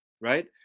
Right